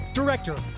director